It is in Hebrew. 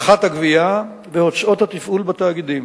פחת הגבייה והוצאות התפעול בתאגידים.